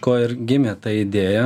ko ir gimė ta idėja